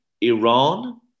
Iran